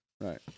right